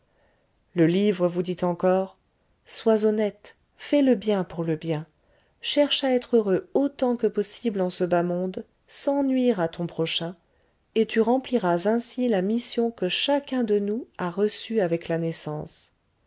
le livre vous dit encore sois honnête fais le bien pour le bien cherche à être heureux autant que possible en ce bas monde sans nuire à ton prochain et tu rempliras ainsi la mission que chacun de nous a reçue avec la naissance